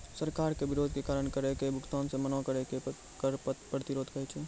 सरकार के विरोध के कारण करो के भुगतानो से मना करै के कर प्रतिरोध कहै छै